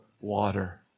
water